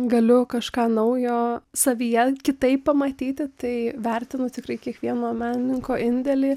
galiu kažką naujo savyje kitaip pamatyti tai vertinu tikrai kiekvieno menininko indėlį